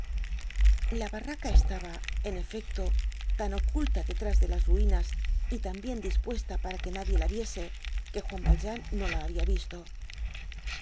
la barraca estaba en efecto tan oculta detrás de las ruinas y tan bien dispuesta para que nadie la viese que juan valjean no la habia visto